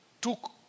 took